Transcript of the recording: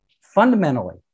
Fundamentally